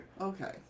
Okay